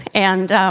and,